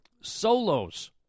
solos